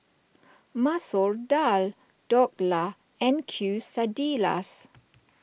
Masoor Dal Dhokla and Quesadillas